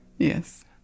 Yes